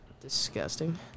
Disgusting